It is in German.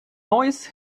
neuss